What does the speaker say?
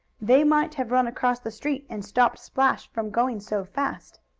they might have run across the street and stopped splash from going so fast.